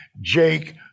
Jake